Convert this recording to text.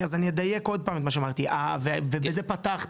אז אני אדייק עוד פעם את מה שאמרתי ובזה פתחתי,